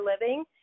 living